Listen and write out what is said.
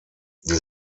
die